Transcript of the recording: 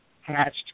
hatched